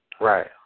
Right